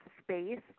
space